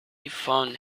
found